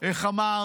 איך אמר